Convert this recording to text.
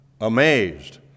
Amazed